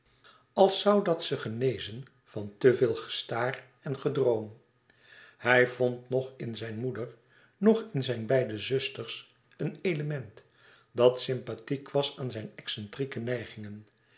als zoû dat ze genezen van te veel gestaar en gedroom hij vond noch in zijne moeder noch in zijne beide zusters een element dat sympathiek was aan zijne excentrieke neigingen